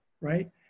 right